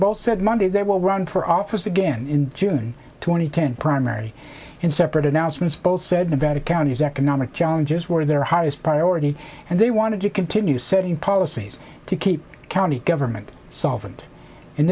both said monday they will run for office again in june two thousand and ten primary in separate announcements both said nevada county's economic challenges were their highest priority and they want to continue setting policies to keep county government solvent in